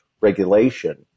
regulation